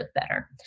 better